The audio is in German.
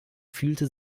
fühlte